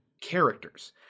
characters